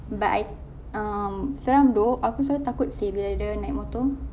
but I um seram though aku selalu takut seh bila dia naik motor